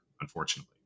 unfortunately